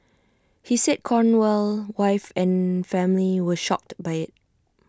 he said Cornell wife and family were shocked by IT